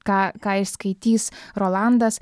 ką ką išskaitys rolandas